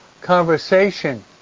conversation